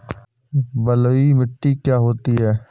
बलुइ मिट्टी क्या होती हैं?